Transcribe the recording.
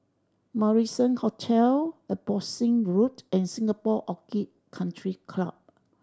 Marrison Hotel Abbotsingh Road and Singapore Orchid Country Club